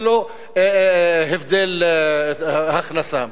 ללא הבדל הכנסה.